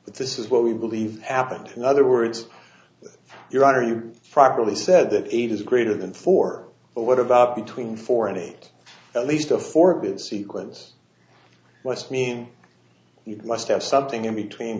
but this is what we believe happened in other words your honor you probably said that eight is greater than four but what about between four and eight at least a four bit sequence west mean you must have something in between